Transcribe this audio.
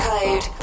Code